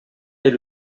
est